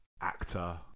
actor